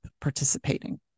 participating